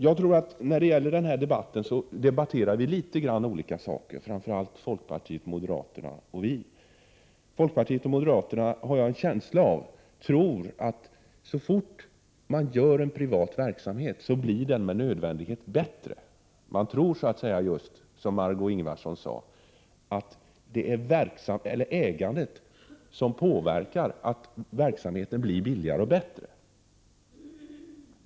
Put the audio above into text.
Jag tror att vi debatterar litet olika saker, framför allt folkpartiet, moderaterna och vi. Folkpartiet och moderaterna tror, har jag en känsla av, att så fort man gör en verksamhet privat så blir den med nödvändighet bättre. Man tror, som Marg6ö Ingvardsson sade, att det är ägandet som påverkar att verksamheten blir billigare och bättre.